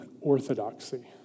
orthodoxy